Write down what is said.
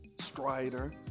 strider